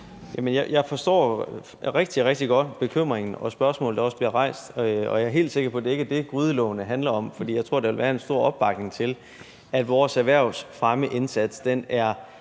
jeg forstår rigtig, rigtig godt bekymringen og spørgsmålet, der også bliver rejst, og jeg er helt sikker på, at det ikke er det, som slagene på grydelågene handler om, for jeg tror, at der vil være en stor opbakning til, at vores erhvervsfremmeindsats er